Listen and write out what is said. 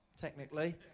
technically